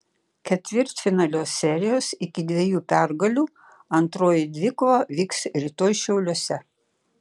ketvirtfinalio serijos iki dviejų pergalių antroji dvikova vyks rytoj šiauliuose